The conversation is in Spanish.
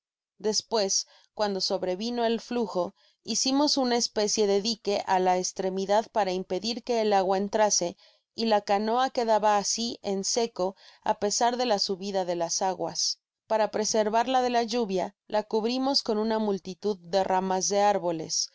despues cuando sobrevino el flujo hicimos una especie de dique á la estremidad para impedir que el agua entrase y la canoa quedaba asi en seco á pesar de la subida de las aguas para preservarla de la lluvia la cubrimos con una multitud de ramas de árboles